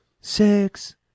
Six